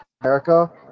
America